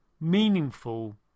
meaningful